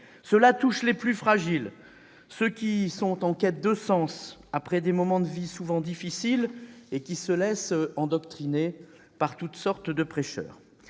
Cela touche les plus fragiles, ceux qui sont en quête de sens après des moments de vie souvent difficiles et qui se laissent endoctriner par toutes sortes de prêcheurs.